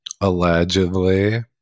allegedly